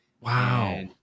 Wow